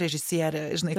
režisiere žinai